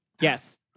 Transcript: Yes